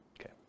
Okay